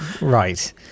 right